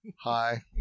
Hi